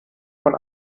von